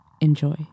Enjoy